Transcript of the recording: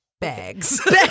Bags